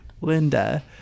Linda